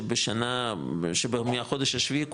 שמהחודש השביעי,